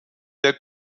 der